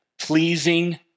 pleasing